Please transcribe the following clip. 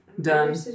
Done